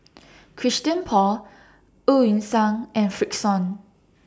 Christian Paul EU Yan Sang and Frixion